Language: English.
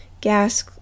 gas